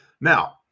Now